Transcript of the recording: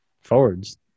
forwards